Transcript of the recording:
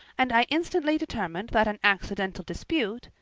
and i instantly determined that an accidental dispute,